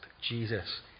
Jesus